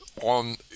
on